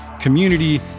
community